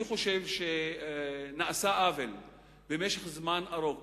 אני חושב שנעשה עוול במשך זמן רב